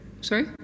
Sorry